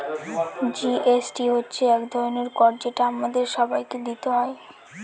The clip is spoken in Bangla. জি.এস.টি হচ্ছে এক ধরনের কর যেটা আমাদের সবাইকে দিতে হয়